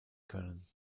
können